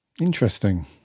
Interesting